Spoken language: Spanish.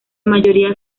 mayoría